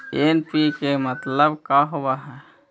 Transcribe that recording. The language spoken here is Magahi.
एन.पी.के मतलब का होव हइ?